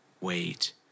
wait